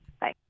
Bye